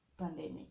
pandemic